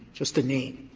just the name,